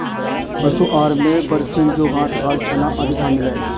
पशु आहार में बरसीम जौं घास खाल चना आदि शामिल है